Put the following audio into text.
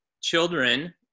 Children